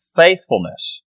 faithfulness